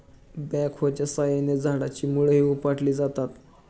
बॅकहोच्या साहाय्याने झाडाची मुळंही उपटली जातात